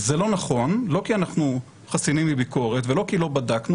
זה לא נכון לא כי אנחנו חסינים לביקורת ולא כי לא בדקנו,